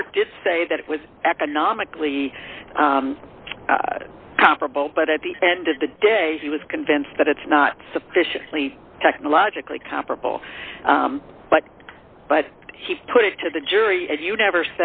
court did say that it was economically comparable but at the end of the day he was convinced that it's not sufficiently technologically comparable but he put it to the jury and you never